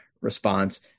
response